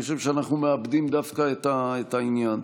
אני חושב שאנחנו מאבדים את העניין.